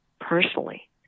personally